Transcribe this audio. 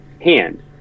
hand